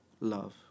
love